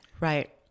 Right